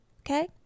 Okay